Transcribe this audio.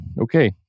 okay